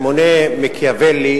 מונה מקיאוולי